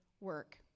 work